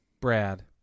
Brad